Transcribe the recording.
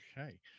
Okay